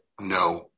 no